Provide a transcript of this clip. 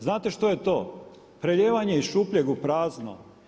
Znate što je to – prelijevanje iz šupljeg u prazno.